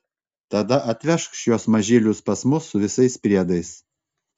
tada atvežk šiuos mažylius pas mus su visais priedais